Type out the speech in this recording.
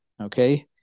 okay